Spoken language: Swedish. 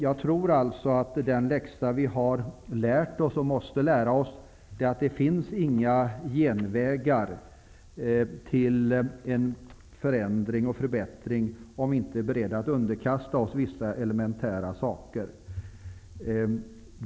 Jag tror alltså att den läxa vi har lärt oss, och som vi måste lära oss, är att det inte finns några genvägar till en förändring och förbättring om vi inte är beredda att underkasta oss vissa elementära saker.